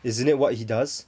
isn't it what he does